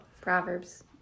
Proverbs